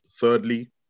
thirdly